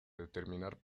determinar